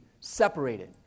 separated